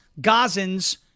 Gazans